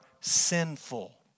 sinful